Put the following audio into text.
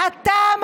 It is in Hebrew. אתה,